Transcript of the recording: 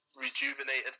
rejuvenated